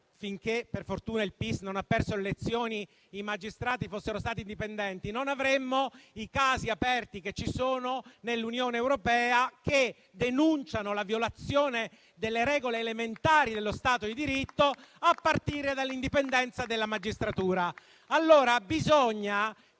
Diritto e Giustizia non ha perso le elezioni), i magistrati fossero stati indipendenti, non avremmo i casi aperti che ci sono nell'Unione europea, che denunciano la violazione delle regole elementari dello Stato di diritto, a partire dall'indipendenza della magistratura.